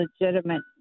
legitimate